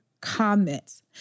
comments